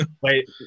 Wait